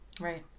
Right